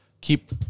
Keep